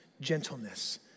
gentleness